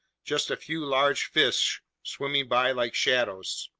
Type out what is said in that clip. just a few large fish sweeping by like shadows.